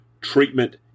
Treatment